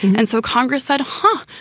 and so congress said, huh,